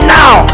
now